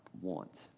want